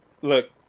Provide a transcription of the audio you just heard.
Look